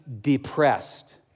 depressed